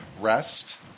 rest